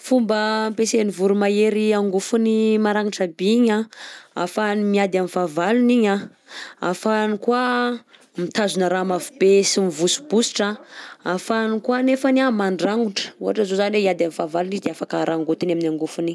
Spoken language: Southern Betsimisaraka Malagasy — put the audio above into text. Fomba ampiasain'ny voromahery angofony maragnitra bi igny anh, ahafahany miady am'fahavalony igny anh, ahafahany koa mitazona raha mafy be sy mivosibisotra, ahafahany koa anefany anh mandrangotra, ohatra zao zany hoe hiady am'fahavalony izy de afaka rangotony amin'ny angofony iny.